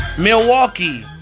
milwaukee